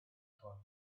thought